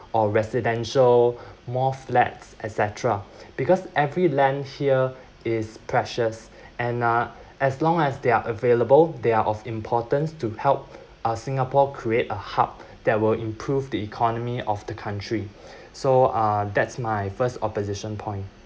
or residential more flats etc because every land here is precious and uh as long as they’re available they are of importance to help uh singapore create a hub that will improve the economy of the country so uh that's my first opposition point